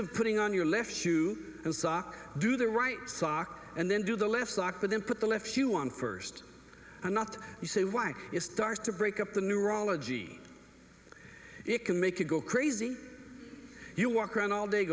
of putting on your left shoe and sock do the right sock and then do the left sock but then put the left shoe on first not you say why it starts to break up the neurology it can make it go crazy you walk around all day